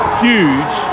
huge